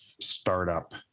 startup